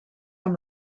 amb